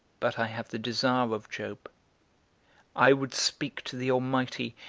but i have the desire of job i would speak to the almighty,